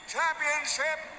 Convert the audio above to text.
Championship